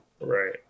Right